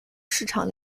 市场